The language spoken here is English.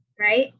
right